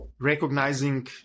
recognizing